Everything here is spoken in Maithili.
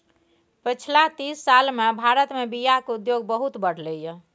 पछिला तीस साल मे भारत मे बीयाक उद्योग बहुत बढ़लै यै